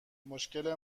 مشکل